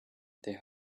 their